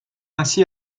ainsi